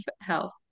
health